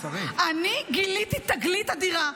אני גיליתי תגלית אדירה.